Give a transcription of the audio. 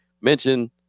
mention